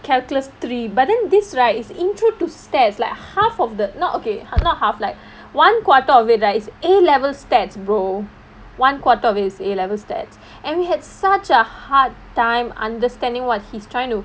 calculus three but then this right is introduction to statistics like half of the not okay not half like one quarter of it right is A level statistics brother one quarter of it is A level statistics and we had such a hard time understanding what he's trying to